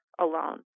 alone